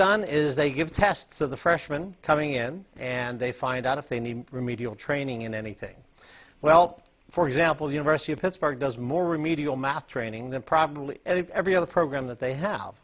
done is they give tests of the freshman coming in and they find out if they need remedial training in anything well for example university of pittsburgh does more remedial math training than probably every other program that they have